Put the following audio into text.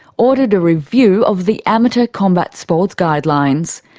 ordered a review of the amateur combat sports guidelines.